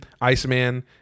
Iceman